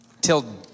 Till